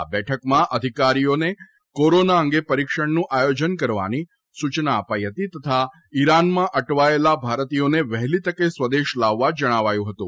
આ બેઠકમાં અધિકારીઓને કોરોના અંગે પરીક્ષણનું આયોજન કરવાની સૂચના અપાઇ હતી તથા ઇરાનમાં અટવાયેલા ભારતીયોને વહેલી તકે સ્વદેશ લાવવા જણાવાયું હતું